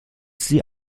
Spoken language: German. sie